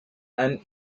and